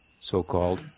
so-called